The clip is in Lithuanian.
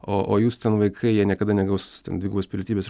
o o jūs ten vaikai jie niekada negaus ten dvigubos pilietybės